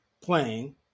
playing